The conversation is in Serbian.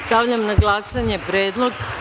Stavljam na glasanje predlog.